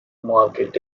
market